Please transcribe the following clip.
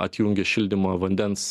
atjungė šildymą vandens